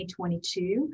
2022